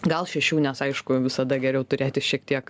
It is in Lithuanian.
gal šešių nes aišku visada geriau turėti šiek tiek